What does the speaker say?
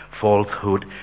falsehood